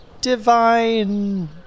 divine